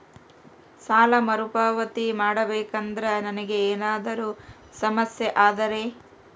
ಸಾಲ ಮರುಪಾವತಿ ಮಾಡಬೇಕಂದ್ರ ನನಗೆ ಏನಾದರೂ ಸಮಸ್ಯೆ ಆದರೆ?